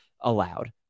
allowed